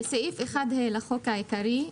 "תיקון סעיף 1ה3א.בסעיף 1ה לחוק העיקרי,